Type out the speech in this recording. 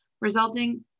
resulting